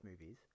movies